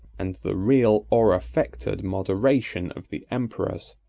and the real or affected moderation of the emperors,